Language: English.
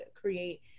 create